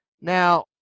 Now